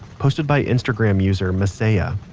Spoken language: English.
posted by instagram user maesaya.